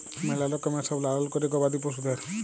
ম্যালা রকমের সব লালল ক্যরে গবাদি পশুদের